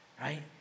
right